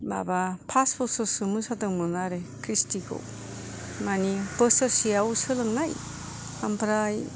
माबा पास बोसोरसो मोसादों आरो ख्रिष्टिखौ मानि बोसोरसेयाव सोलोंनाय ओमफ्राय